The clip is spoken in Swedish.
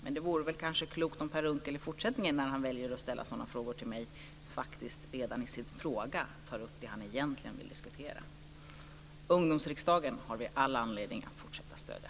Men det vore nog klokt att Per Unckel i fortsättningen, när han väljer att ställa sådana frågor till mig, redan i sin fråga tar upp det som han egentligen vill diskutera. Ungdomsriksdagen har vi all anledning att fortsätta att stödja.